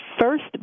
first